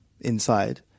inside